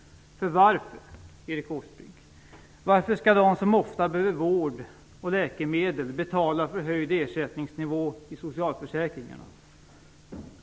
För varför, Erik Åsbrink, skall de som ofta behöver vård och läkemedel betala för höjd ersättningsnivå i socialförsäkringarna?